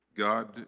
God